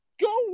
Go